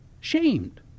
shamed